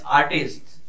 artists